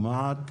בזום.